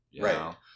Right